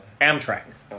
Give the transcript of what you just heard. amtrak